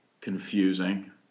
confusing